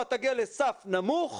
התחלואה תגיע לסף נמוך,